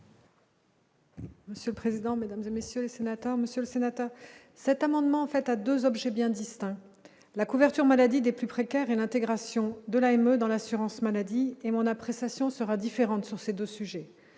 Monsieur le président, Mesdames et messieurs les sénateurs, monsieur le sénateur, cet amendement fait à 2 objets bien distincts, la couverture maladie des plus précaires et l'intégration de la ME dans l'assurance maladie et mon appréciation sera différente sur ces 2 sujets,